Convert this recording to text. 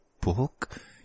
book